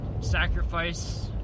Sacrifice